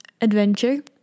adventure